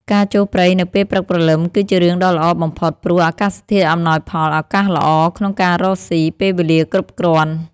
ការចូលព្រៃនៅពេលព្រឹកព្រលឹម គឺជារឿងដ៏ល្អបំផុត ព្រោះ អាកាសធាតុអំណោយផល ឱកាសល្អក្នុងការរកស៊ី ពេលវេលាគ្រប់គ្រាន់ ។